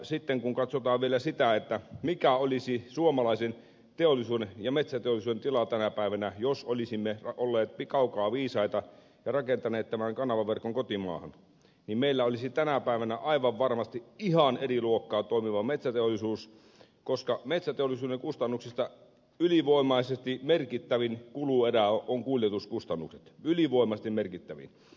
sitten kun katsotaan vielä sitä mikä olisi suomalaisen teollisuuden ja metsäteollisuuden tila tänä päivänä jos olisimme olleet kaukaa viisaita ja rakentaneet tämän kanavaverkon kotimaahan niin meillä olisi tänä päivänä aivan varmasti ihan eri luokkaa toimiva metsäteollisuus koska metsäteollisuuden kustannuksista ylivoimaisesti merkittävin kuluerä ovat kuljetuskustannukset ylivoimaisesti merkittävin